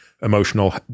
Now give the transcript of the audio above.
emotional